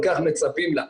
כל כך מצפים לה?